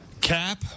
Cap